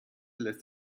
lässt